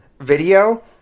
video